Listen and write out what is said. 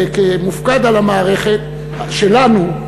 כמופקד על המערכת שלנו,